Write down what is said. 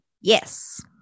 Yes